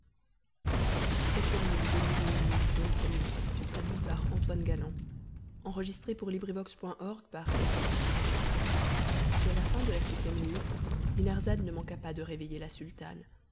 sur la fin de la septième nuit dinarzade ne manqua pas de réveiller la sultane